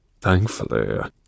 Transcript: Thankfully